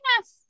yes